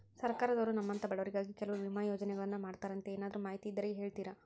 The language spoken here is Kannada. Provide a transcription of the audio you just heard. ಸರ್ಕಾರದವರು ನಮ್ಮಂಥ ಬಡವರಿಗಾಗಿ ಕೆಲವು ವಿಮಾ ಯೋಜನೆಗಳನ್ನ ಮಾಡ್ತಾರಂತೆ ಏನಾದರೂ ಮಾಹಿತಿ ಇದ್ದರೆ ಹೇಳ್ತೇರಾ?